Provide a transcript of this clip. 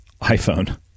iPhone